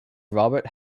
robert